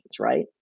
right